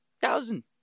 thousand